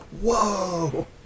Whoa